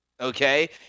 okay